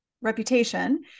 reputation